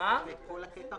להקריא את כל הקטע?